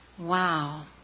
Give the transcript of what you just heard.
Wow